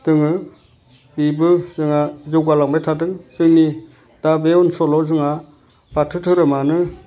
दोङो बेबो जोंहा जौगालांबाय थादों जोंनि दा बे ओनसोलाव जोंहा बाथौ धोरोमानो